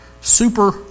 super